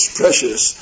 precious